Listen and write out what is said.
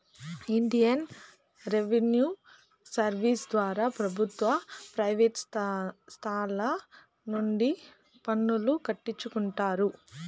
Indian revenue service ద్వారా ప్రభుత్వ private సంస్తల నుండి పన్నులు కట్టించుకుంటారు